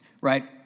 right